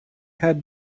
had